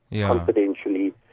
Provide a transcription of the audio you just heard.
confidentially